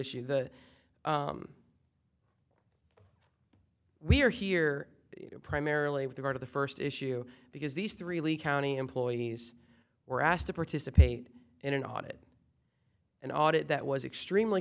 issue the we're here primarily with the heart of the first issue because these three lee county employees were asked to participate in an audit an audit that was extremely